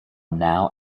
now